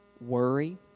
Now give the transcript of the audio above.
worry